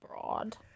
broad